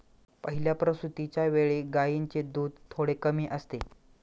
पहिल्या प्रसूतिच्या वेळी गायींचे दूध थोडे कमी असते